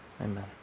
Amen